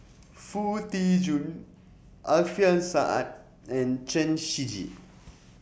Foo Tee Jun Alfian Sa'at and Chen Shiji